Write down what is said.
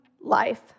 life